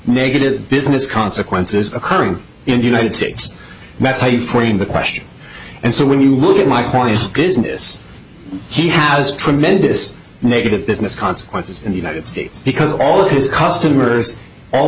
negative business consequences occurring in the united states and that's how you frame the question and so when you look at my point business he has tremendous negative business consequences in the united states because all of his customers all